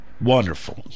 Wonderful